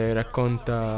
racconta